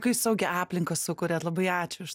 kai saugią aplinką sukuriat labai ačiū už